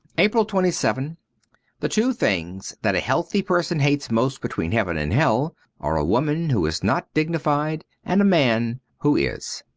april twenty seventh the two things that a healthy person hates most between heaven and hell are a woman who is not dignified and a man who is.